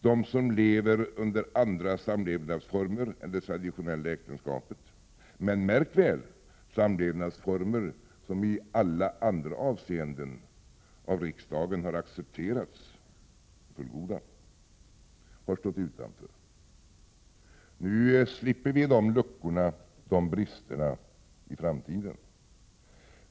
De som lever under andra samlevnadsförhållanden än det traditionella äktenskapet — men märk väl samlevnadsformer som i alla avseenden har accepterats av riksdagen för goda —-harstått utanför. Nu slipper vi dessa brister i framtiden.